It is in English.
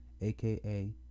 aka